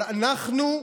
אבל אנחנו,